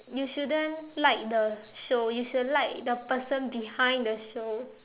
you shouldn't like the show you should like the person behind the show